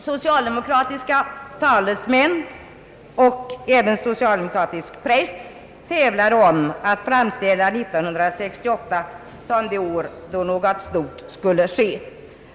Socialdemokratiska talesmän och även socialdemokratisk press tävlade om att framställa 1968 som det år då något stort skulle ske.